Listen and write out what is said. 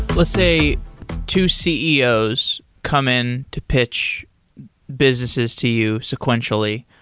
let's say two ceos come in to pitch businesses to you sequentially.